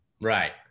Right